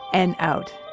and out.